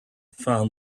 found